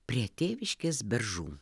prie tėviškės beržų